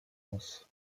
dense